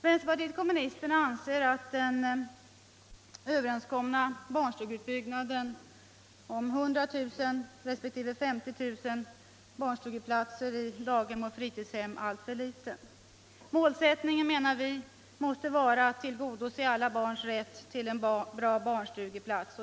Vänsterpartiet kommunisterna anser att den överenskomna barnstugeutbyggnaden om 100 000 resp. 50 000 barnstugeplatser i daghem och fritidshem är alltför liten. Målsättningen, menar vi, måste vara att tillgodose alla barns rätt till en bra barnstugeplats.